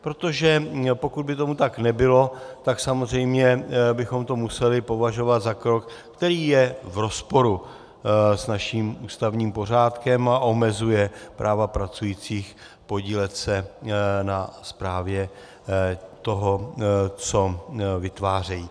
Protože pokud by tomu tak nebylo, tak samozřejmě bychom to museli považovat za krok, který je v rozporu s naším ústavním pořádkem a omezuje práva pracujících podílet se na správě toho, co vytvářejí.